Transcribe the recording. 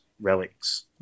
Relics